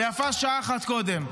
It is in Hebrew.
ויפה שעה אחת קודם.